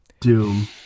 Doom